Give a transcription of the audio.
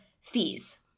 fees